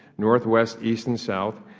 northwest, east and south,